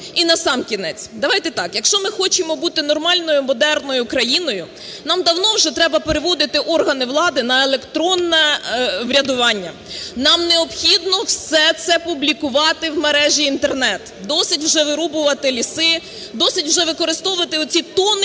І насамкінець давайте так, якщо ми хочемо бути нормальною модерною країною, нам давно вже треба переводити органи влади на електронне врядування. Нам необхідно все це публікувати в мережі Інтернет, досить вже вирубувати ліси, досить вже використовувати оці тонни